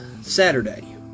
Saturday